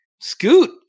Scoot